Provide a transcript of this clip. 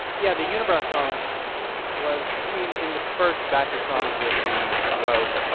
yeah, the unibrow song was i mean, in the first batch of songs that we wrote,